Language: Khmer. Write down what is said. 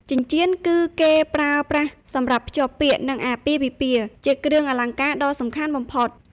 ចិញ្ជៀន គឺគេប្រើប្រាស់សម្រាប់ភ្ជាប់ពាក្យ និងអាពាហ៍ពិពាហ៍ ជាគ្រឿងអលង្ការដ៏សំខាន់បំផុត។